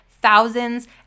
thousands